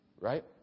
right